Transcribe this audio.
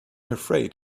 afraid